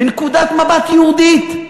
מנקודת מבט יהודית.